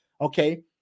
Okay